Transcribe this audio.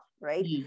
right